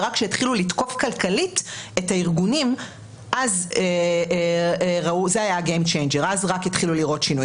ורק כשהתחילו לתקוף כלכלית את הארגונים אז רק התחילו לראות שינוי.